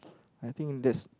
and I think that's